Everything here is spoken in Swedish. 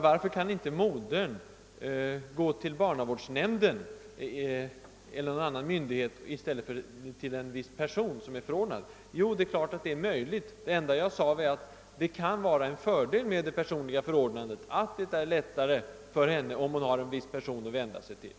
Vad jag sade var att ett personligt förordnande kan innebära att det blir lättare för henne, genom att hon har en viss person att vända sig till.